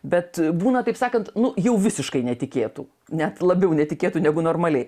bet būna taip sakant nu jau visiškai netikėtų net labiau netikėtų negu normaliai